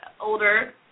older